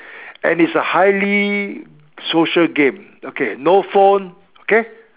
and is a highly social game okay no phone okay